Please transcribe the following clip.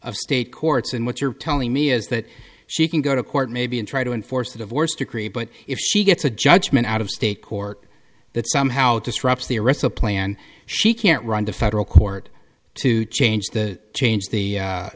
of state courts and what you're telling me is that she can go to court maybe and try to enforce a divorce decree but if she gets a judgment out of state court that somehow disrupts the arrests a plan she can't run to federal court to change that change the